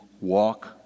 walk